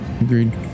Agreed